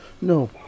No